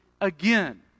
again